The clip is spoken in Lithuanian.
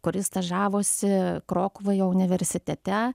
kuris stažavosi krokuvoje universitete